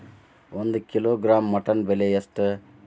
ಒಂದು kilogram mutton ಬೆಲೆ ಎಷ್ಟ್?